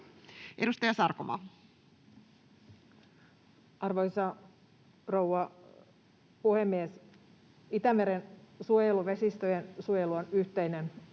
Edustaja Sarkomaa. Arvoisa rouva puhemies! Itämeren suojelu, vesistöjen suojelu on yhteinen